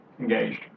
Engaged